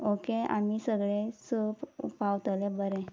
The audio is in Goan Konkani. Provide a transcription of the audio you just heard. ओके आनी सगळें स पावतलें बरें